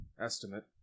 estimate